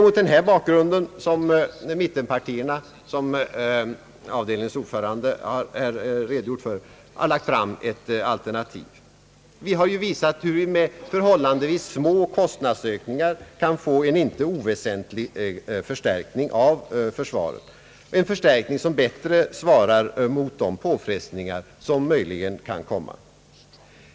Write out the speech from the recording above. Mot denna bakgrund har mittenpartierna, vilket avdelningens ordförande här redogjort för, lagt fram ett alternativ. Vi har visat hur man med förhållandevis små kostnadsökningar kan få en icke oväsentlig förstärkning av försvaret en förstärkning som bättre svarar mot de påfrestningar som möjligen kan komma.